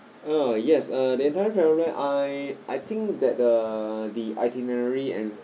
ah yes uh the entire travel plan I I think that uh the itinerary and